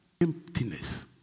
Emptiness